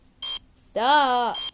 stop